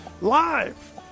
live